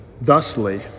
thusly